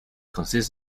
consists